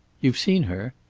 you've seen her?